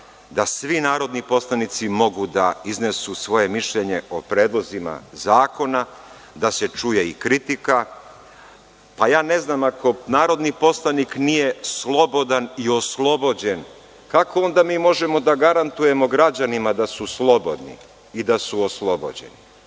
da svi narodni poslanici mogu da iznesu svoje mišljenje o predlozima zakona, da se čuje i kritika. Pa, ja ne znam, ako narodni poslanik nije slobodan i oslobođen, kako onda mi možemo da garantujemo građanima da su slobodni i da su oslobođeni?